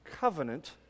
covenant